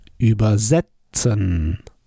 Übersetzen